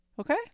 Okay